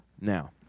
Now